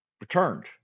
Returned